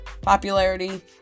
popularity